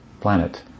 planet